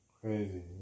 Crazy